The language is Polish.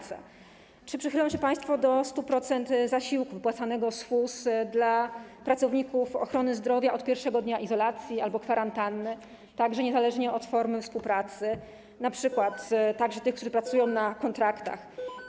Czy przychylą się państwo do 100-procentowego zasiłku wypłacanego z FUZ pracownikom ochrony zdrowia od pierwszego dnia izolacji albo kwarantanny, niezależnie od formy współpracy, np. także tym, którzy pracują na kontraktach?